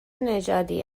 نژادی